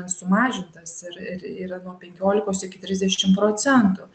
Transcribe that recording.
sumažintas ir ir yra nuo penkiolikos iki trisdešim procentų